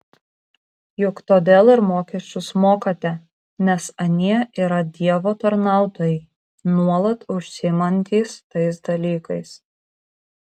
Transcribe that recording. juk todėl ir mokesčius mokate nes anie yra dievo tarnautojai nuolat užsiimantys tais dalykais